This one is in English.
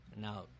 Now